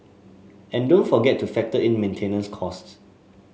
and don't forget to factor in maintenance costs